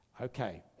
Okay